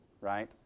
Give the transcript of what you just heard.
right